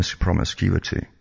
promiscuity